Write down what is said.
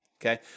okay